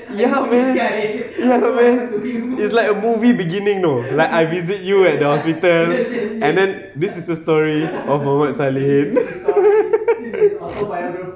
ya man ya man it's like a movie beginning you know like I visit you at the hospital and then this is a story of mumammad salihin